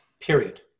Period